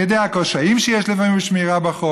אני יודע שיש לפעמים קשיים בשמירה בחוק,